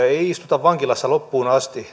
ei istuta vankilassa loppuun asti